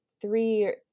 three